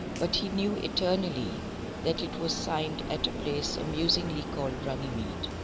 but he knew eternally that it was signed at a place amusingly called runnymede.